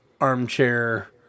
armchair